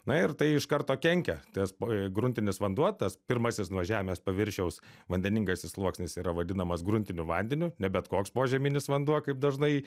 na ir tai iš karto kenkia tas pa gruntinis vanduo tas pirmasis nuo žemės paviršiaus vandeningasis sluoksnis yra vadinamas gruntiniu vandeniu ne bet koks požeminis vanduo kaip dažnai